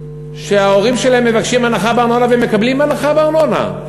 שההורים שלהם מבקשים הנחה בארנונה ומקבלים הנחה בארנונה.